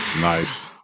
nice